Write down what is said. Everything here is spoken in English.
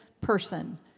person